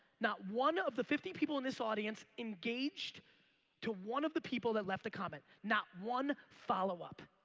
not one of the fifty people in this audience engaged to one of the people that left a comment. not one follow-up.